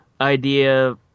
idea